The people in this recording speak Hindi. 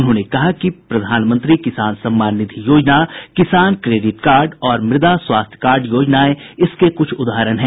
उन्होंने कहा कि प्रधानमंत्री किसान सम्मान निधि योजना किसान क्रेडिट कार्ड और मृदा स्वास्थ्य कार्ड योजनाएं इसके कुछ उदाहरण हैं